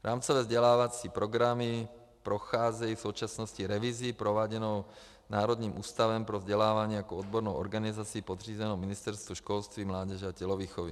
Rámcové vzdělávací programy procházejí v současnosti revizí prováděnou Národním ústavem pro vzdělávání jako odbornou organizací podřízenou Ministerstvu školství, mládeže a tělovýchovy.